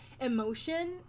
emotion